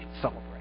celebrate